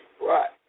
Right